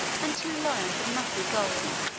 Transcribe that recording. and two lions of massy gold,